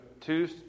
two